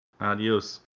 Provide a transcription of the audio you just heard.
Adios